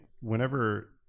whenever